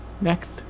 next